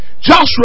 Joshua